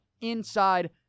inside